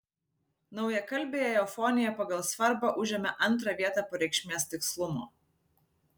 naujakalbėje eufonija pagal svarbą užėmė antrą vietą po reikšmės tikslumo